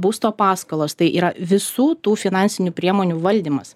būsto paskolos tai yra visų tų finansinių priemonių valdymas